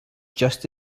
just